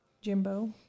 Jimbo